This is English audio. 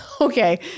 Okay